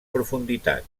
profunditat